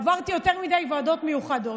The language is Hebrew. עברתי יותר מדי ועדות מיוחדות.